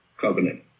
covenant